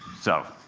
so,